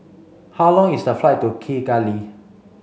how long is the flight to Kigali